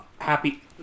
happy